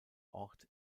ort